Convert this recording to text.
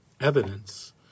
evidence